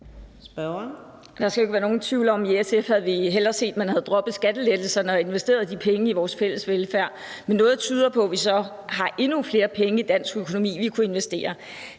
Der skal ikke være nogen tvivl om, at vi i SF hellere havde set, at man havde droppet skattelettelserne og investeret de penge i vores fælles velfærd. Men noget tyder på, at vi så har endnu flere penge i dansk økonomi, vi kunne investere.